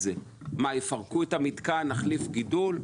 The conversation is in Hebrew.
יפרקו את המתקן ויחליפו גידול?